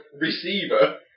receiver